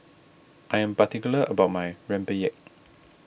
I am particular about my Rempeyek